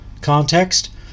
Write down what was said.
context